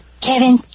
Kevin